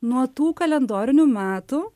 nuo tų kalendorinių metų